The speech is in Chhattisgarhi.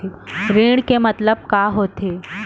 ऋण के मतलब का होथे?